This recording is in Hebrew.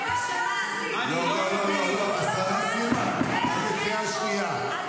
השרה סילמן, את בקריאה שנייה.